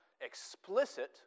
explicit